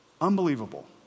Unbelievable